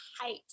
height